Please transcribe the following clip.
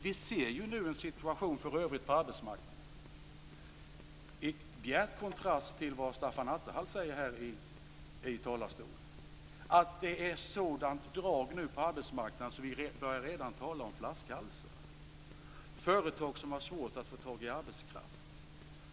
Vi ser för övrigt nu en situation på arbetsmarknaden där - i bjärt kontrast till vad Stefan Attefall har sagt från denna talarstol - man redan börjar tala om flaskhalsar, dvs. om att företag har svårt att få tag i arbetskraft.